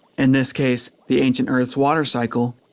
in this case, the ancient earth's water cycle,